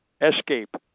Escape